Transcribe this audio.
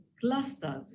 clusters